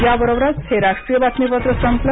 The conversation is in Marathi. याबरोबरच हे राष्ट्रीय बातमीपत्र संपलं